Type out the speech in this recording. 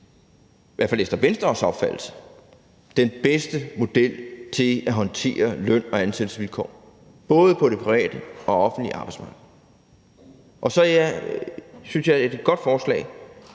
i hvert fald efter Venstres opfattelse – den bedste model til at håndtere løn og ansættelsesvilkår, både på det private og på det offentlige arbejdsmarked. Så jeg synes, det er et godt forslag,